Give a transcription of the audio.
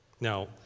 Now